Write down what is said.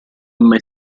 mai